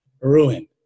ruin